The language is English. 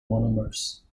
monomers